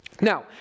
Now